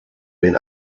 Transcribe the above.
been